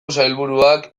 sailburuak